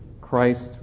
Christ